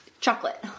chocolate